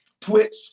Twitch